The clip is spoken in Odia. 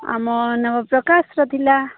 ଆମ ନବପ୍ରକାଶର ଥିଲା